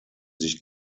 sich